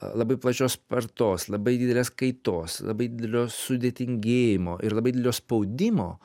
labai plačios spartos labai didelės kaitos labai didelio sudėtingėjimo ir labai didelio spaudimo